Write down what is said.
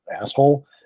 asshole